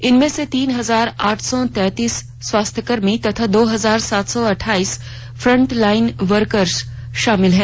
इनमें तीन हजार आठ सौ तैंतीस स्वास्थ्य कर्मी तथा दो हजार सात सौ अट्ठाइस फ्रंट लाइन वर्कर्स शामिल हैं